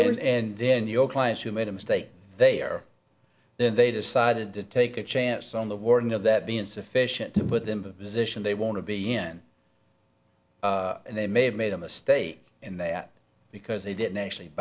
there and then your clients who made a mistake they are then they decided to take a chance on the wording of that be insufficient to put them visitation they want to be in and they may have made a mistake in that because they didn't actually